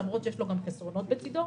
למרות שיש גם חסרונות בצידו.